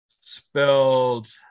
spelled